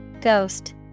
Ghost